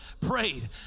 prayed